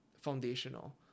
foundational